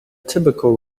typical